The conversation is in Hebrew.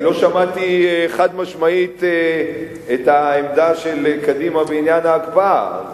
אני לא שמעתי חד-משמעית את העמדה של קדימה בעניין ההקפאה,